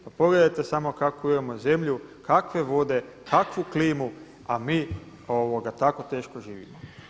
Pa pogledajte kakvu samo imamo zemlju kakve vode, kakvu klimu, a mi tako teško živimo.